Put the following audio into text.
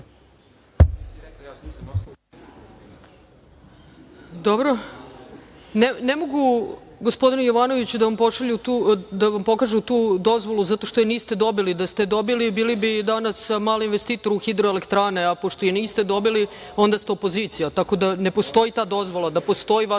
Ne mogu gospodine Jovanoviću da vam pokažu tu dozvolu zato što je niste dobili. Da ste je dobili bili danas mali investitor u hidroelektrani, a pošto niste dobili, onda ste opozicija. Ne postoji ta dozvola. Da postoji, vaša sudbina